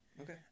okay